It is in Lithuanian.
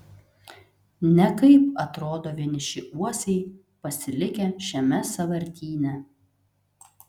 nekaip atrodo vieniši uosiai pasilikę šiame sąvartyne